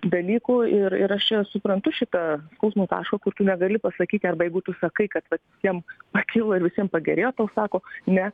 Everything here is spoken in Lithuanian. dalykų ir ir aš čia suprantu šitą skausmo tašką kur tu negali pasakyti arba jeigu tu sakai kad vat tiem pakilo ir visiem pagerėjo tau sako ne